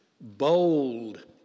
Bold